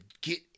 get